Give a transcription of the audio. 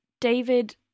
David